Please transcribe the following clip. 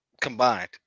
combined